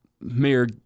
mayor